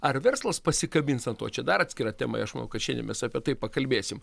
ar verslas pasikabins ant to čia dar atskira tema ir aš manau kad šiandien mes apie tai pakalbėsim